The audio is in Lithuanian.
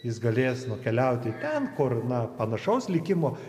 jis galės nukeliauti ten kur na panašaus likimo